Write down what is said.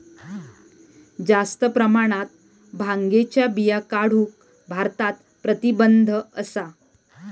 जास्त प्रमाणात भांगेच्या बिया काढूक भारतात प्रतिबंध असा